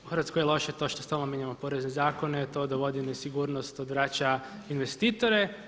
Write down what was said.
U Hrvatskoj je loše to što stalno mijenjamo porezne zakone, to dovodi nesigurnost, odvraća investitore.